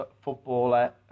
footballer